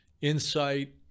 insight